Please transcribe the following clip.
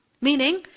Meaning